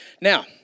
Now